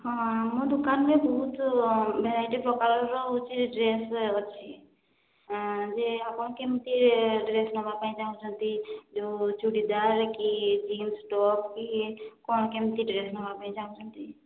ହଁ ଆମ ଦୋକାନରେ ବହୁତ ଭେରାଇଟି ପ୍ରକାରର ହେଉଛି ଡ୍ରେସ୍ ଅଛି ଯେ ଆପଣ କେମତି ଡ୍ରେସ୍ ନେବାପାଇଁ ଚାହୁଁଛନ୍ତି ଯୋଉ ଚୁଡ଼ିଦାର କି ଜିନ୍ସ ଟପ୍ କି କ'ଣ କେମତି ଡ୍ରେସ୍ ନେବାପାଇଁ ଚାହୁଁଛନ୍ତି